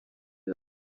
uyu